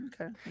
okay